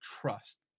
trust